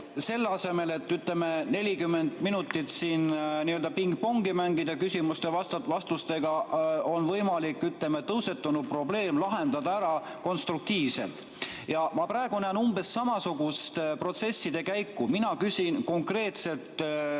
selle asemel et 40 minutit siin pingpongi mängida küsimuste-vastustega on võimalik tõusetunud probleem lahendada ära konstruktiivselt. Ja praegu ma näen umbes samasugust protsesside käiku. Mina küsin konkreetselt